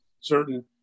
certain